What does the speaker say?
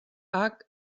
hac